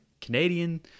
Canadian